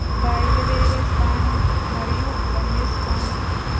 బయలుదేరే స్థానం మరియు గమ్యస్థానం